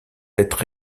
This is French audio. être